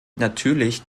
natürlich